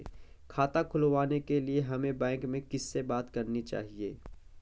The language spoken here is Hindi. खाता खुलवाने के लिए हमें बैंक में किससे बात करनी चाहिए?